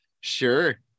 Sure